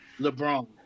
LeBron